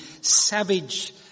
savage